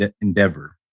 endeavor